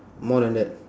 more than that